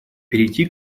перейти